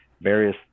various